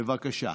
בבקשה.